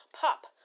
Pop